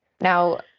Now